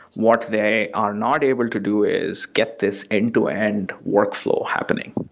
what they are not able to do is get this end-to-end workflow happening,